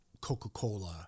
Coca-Cola